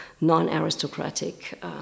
non-aristocratic